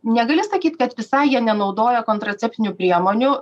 negali sakyt kad visai jie nenaudoja kontraceptinių priemonių